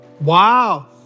Wow